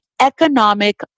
economic